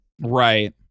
Right